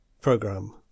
program